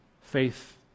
faith